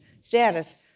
status